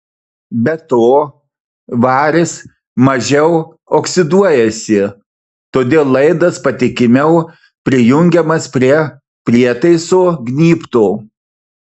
be to varis mažiau oksiduojasi todėl laidas patikimiau prijungiamas prie prietaiso gnybto